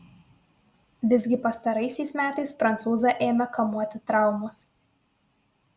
visgi pastaraisiais metais prancūzą ėmė kamuoti traumos